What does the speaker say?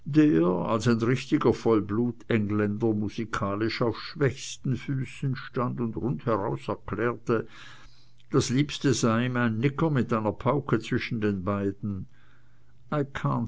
als ein richtiger vollblut engländer musikalisch auf schwächsten füßen stand und rundheraus erklärte das liebste sei ihm ein nigger mit einer pauke zwischen den beinen